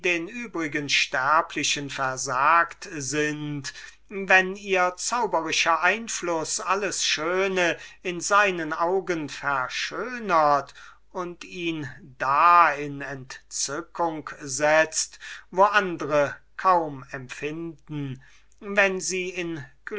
den übrigen sterblichen versagt sind wenn ihre magische würkung alles schöne in seinen augen verschönert und ihn da in entzückung setzt wo andre kaum empfinden wenn sie in